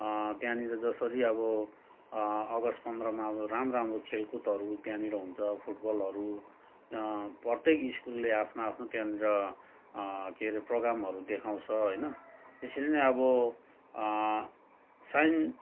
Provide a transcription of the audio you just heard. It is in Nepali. त्यहाँनिर जसरी अब अगस्त पन्ध्रमा राम्रो राम्रो खेलकुदहरू त्यहाँनिर हुन्छ फुटबलहरू प्रत्येक स्कुलले आफ्नो आफ्नो त्यहाँनिर केरे प्रोगामहरू देखाउँछ होइन यसरी नै अब साइन